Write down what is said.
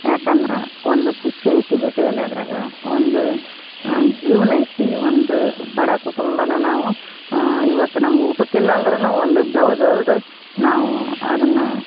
ಯಾಕಂದ್ರ ಒಂದು ಖುಷಿಯೈತಿ ಬಟ್ಟೆ ಹೊಲಿಯದರಾಗ ಒಂದು ಜೀವನ ಐತಿ ಒಂದು ಬಡ ಕುಟುಂಬನ ನಾವು ಇವತ್ತು ನಮ್ಗೆ ಊಟಕ್ಕಿಲ್ಲ ಅಂದರೂನು ಒಂದು ಬ್ಲೌಸ್ ಹೊಲ್ದು ನಾವು ಅದನ್ನ